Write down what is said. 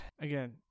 again